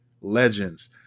legends